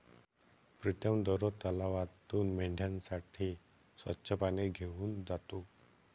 प्रीतम दररोज तलावातून मेंढ्यांसाठी स्वच्छ पाणी घेऊन जातो